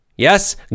Yes